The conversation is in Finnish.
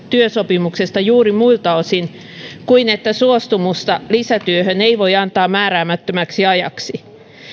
työsopimuksesta juuri muilta osin kuin että suostumusta lisätyöhön ei voi antaa määräämättömäksi ajaksi